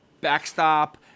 backstop